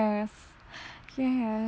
yes